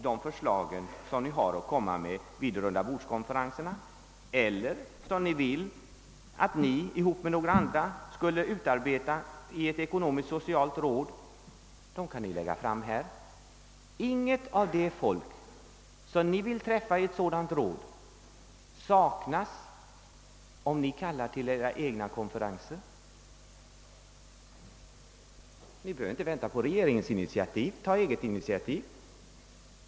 De förslag, som ni skulle ha att komma med vid en rundabordskonferens eller i ett ekonomisk-socialt råd, kan ni lika gärna lägga fram här i riksdagen. Ingen av de personer som ni vill träffa i sådant råd skulle ni sakna, om ni kallade till egna konferenser. Ni behöver inte vänta på regeringens initiativ. Ta egna initiativ!